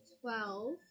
Twelve